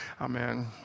Amen